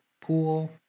pool